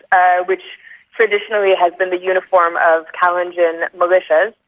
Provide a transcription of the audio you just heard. ah which traditionally has been the uniform of kalenjin militias,